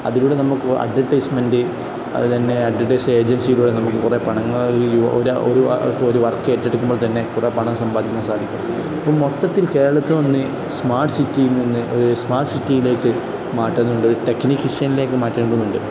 അതിലൂടെ നമുക്ക് അഡ്വെർടൈസ്മെൻറ്റ് അത് തന്നെ അഡ്വർടൈസ് ഏജൻസയിലൂടെ നമുക്ക് കുറേ പണങ്ങൾ ഒരു വർക്ക് ഏറ്റെടുക്കുമ്പോൾ തന്നെ കുറേ പണംം സമ്പാദിക്കാൻ സാധിക്കും ഇപ്പം മൊത്തത്തിൽ കേരളത്തിൽ ഒന്ന് സ്മാർട്ട് സിറ്റിയിൽ നിന്ന് സ്മാർട്ട് സിറ്റിയിലേക്ക് മാറ്റുന്നുണ്ട് ടെക്നീഷ്യനിലേക്ക് മാറ്റേണ്ടതുണ്ട്